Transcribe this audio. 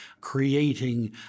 creating